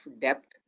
depth